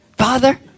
Father